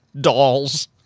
dolls